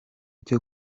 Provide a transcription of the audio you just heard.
cyo